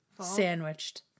sandwiched